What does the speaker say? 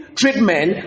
treatment